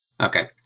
Okay